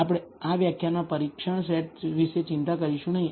આપણે આ ખાસ વ્યાખ્યાનમાં પરીક્ષણ સેટ વિશે ચિંતા કરીશું નહીં